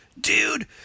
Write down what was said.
Dude